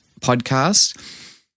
podcast